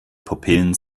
pupillen